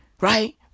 Right